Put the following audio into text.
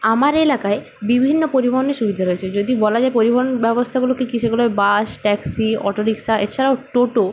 আমার এলাকায় বিভিন্ন পরিবহনের সুবিধা রয়েছে যদি বলা যায় পরিবহন ব্যবস্থাগুলো কী কী সেগুলো হবে বাস ট্যাক্সি অটোরিকশা এছাড়াও টোটো